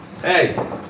Hey